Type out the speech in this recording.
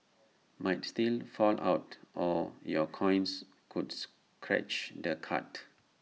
might still fall out or your coins could scratch the card